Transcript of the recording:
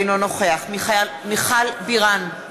אינו נוכח מיכל בירן,